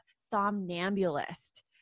Somnambulist